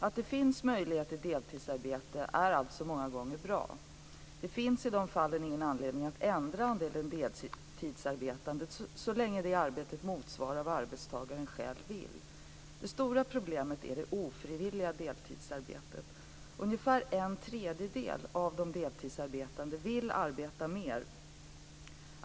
Att det finns möjlighet till deltidsarbete är alltså många gånger bra. Det finns i de fallen ingen anledning att ändra andelen deltidsarbetande så länge det arbetet motsvarar vad arbetstagaren själv vill. Det stora problemet är det ofrivilliga deltidsarbetet. Ungefär en tredjedel av de deltidsarbetande vill arbeta mer.